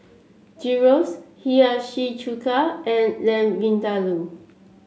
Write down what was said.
Gyros Hiyashi Chuka and Lamb Vindaloo